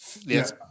Yes